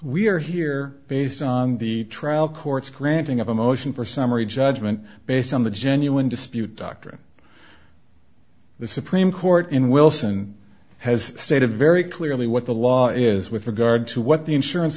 we are here based on the trial court's granting of a motion for summary judgment based on the genuine dispute doctrine the supreme court in wilson has stated very clearly what the law is with regard to what the insurance